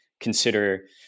consider